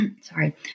Sorry